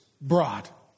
brought